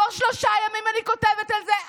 כבר שלושה ימים אני כותבת על זה,